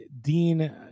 Dean